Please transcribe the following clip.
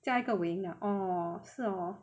加个尾音的哦是哦